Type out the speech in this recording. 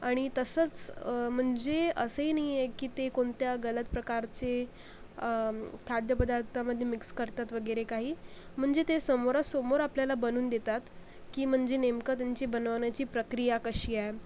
आणि तसंच म्हणजे असंही नाही आहे की ते कोणत्या गलत प्रकारचे खाद्य पदार्थामध्ये मिक्स करतात वगैरे काही म्हणजे ते समोरासमोर आपल्याला बनवून देतात की म्हणजे नेमकं त्यांची बनवण्याची प्रक्रिया कशी आहे